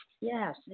Yes